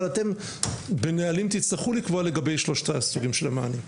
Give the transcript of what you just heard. אבל אתם בנהלים תצטרכו לקבוע לגבי שלושת הסוגים של המענים.